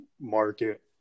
market